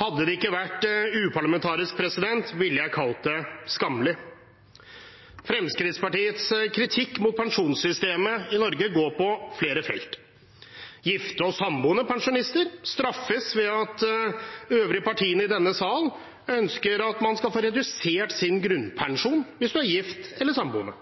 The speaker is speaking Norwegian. Hadde det ikke vært uparlamentarisk, ville jeg kalt det skammelig. Fremskrittspartiets kritikk mot pensjonssystemet i Norge går på flere felt. Gifte og samboende pensjonister straffes ved at øvrige partier i denne sal ønsker at man skal få redusert sin grunnpensjon hvis man er gift eller samboende.